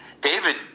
David